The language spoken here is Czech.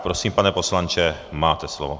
Prosím, pane poslanče, máte slovo.